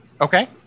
Okay